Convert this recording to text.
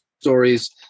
stories